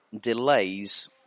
delays